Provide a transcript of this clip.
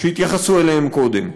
שהתייחסו אליהם קודם,